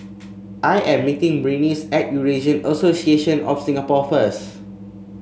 I am meeting Berenice at Eurasian Association of Singapore first